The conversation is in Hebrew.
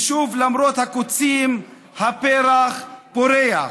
ושוב, למרות הקוצים, הפרח פורח.